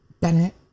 Bennett